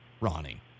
Ronnie